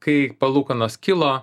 kai palūkanos kilo